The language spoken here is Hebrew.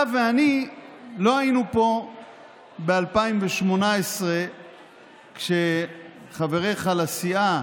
אתה ואני לא היינו פה ב-2018 כשחבריך לסיעה